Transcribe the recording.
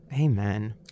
Amen